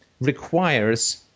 requires